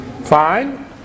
Fine